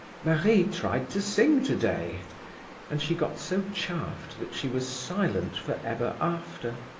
marie tried to sing today and she got so chaffed that she was silent for ever after.